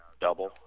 double